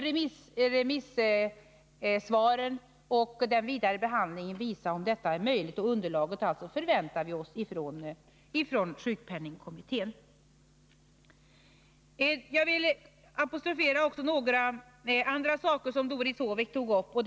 Remissvaren och den vidare behandlingen får visa om detta är möjligt, och vi väntar oss underlag från sjukpenningkommittén. Jag vill åberopa några andra saker som Doris Håvik tog upp. Bl.